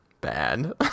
bad